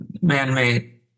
man-made